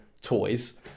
toys